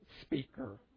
speaker